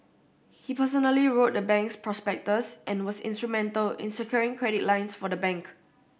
he personally wrote the bank's prospectus and was instrumental in securing credit lines for the bank